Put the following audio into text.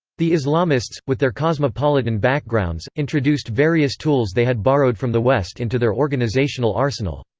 the islamists, with their cosmopolitan backgrounds, introduced various tools they had borrowed from the west into their organizational arsenal.